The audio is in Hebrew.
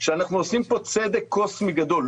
שאנחנו עושים פה צדק קוסמי גדול.